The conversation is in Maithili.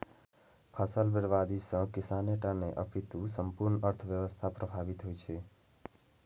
फसल बर्बादी सं किसाने टा नहि, अपितु संपूर्ण अर्थव्यवस्था प्रभावित होइ छै